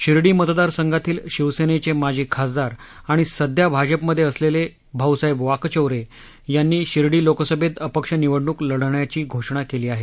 शिर्डी मतदार संघातील शिवसेनेचे माजी खासदार आणि सध्या भाजपमध्ये असलेले भाऊसाहेब वाकचौरे यांनी शिर्डी लोकसभेत अपक्ष निवडणुक लढण्याची घोषणा केली आहे